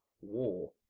war